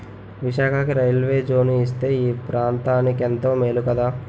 విశాఖకి railway zone ఇస్తే ఈ ప్రాంతనికెంతో మేలు కదా